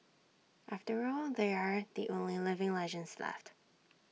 after all they are the only living legends left